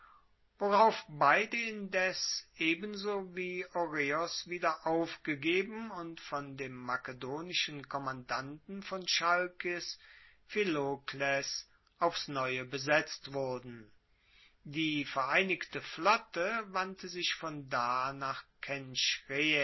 worauf beide indes ebenso wie oreos wieder aufgegeben und von dem makedonischen kommandanten von chalkis philokles aufs neue besetzt wurden die vereinigte flotte wandte sich von da nach